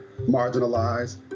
marginalized